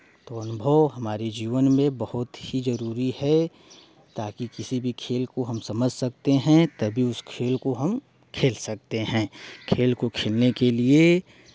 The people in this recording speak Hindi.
तो अनुभव हमारे जीवन में बहुत ही जरूरी है ताकि किसी भी खेल को हम समझ सकते हैं तभी उस खेल को हम खेल सकते हैं खेल को खेलने के लिए